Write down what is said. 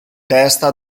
testa